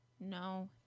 No